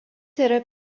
yra